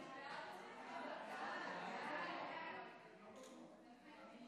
נמנעים, אין.